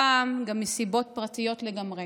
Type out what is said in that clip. הפעם גם מסיבות פרטיות לגמרי.